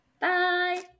Bye